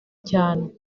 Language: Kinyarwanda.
cyane